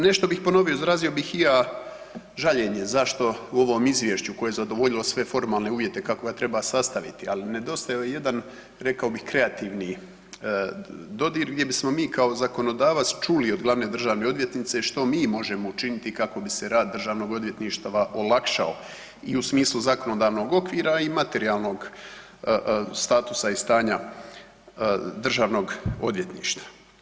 Nešto bih ponovio, izrazio bih i ja žaljenje zašto u ovom izvješću koje je zadovoljilo sve formalne uvjete kako ga treba sastaviti ali nedostajao je jedan rekao bih kreativni dodir gdje bismo mi kao zakonodavac čuli od glavne državne odvjetnice što mi možemo učiniti kako bi se rad državnog odvjetništva olakšao i u smislu zakonodavnog okvira i materijalnog statusa i stanja državnog odvjetništva.